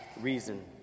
reason